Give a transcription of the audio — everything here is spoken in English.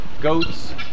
goats